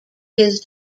his